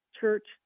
church